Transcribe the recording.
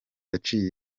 yaciye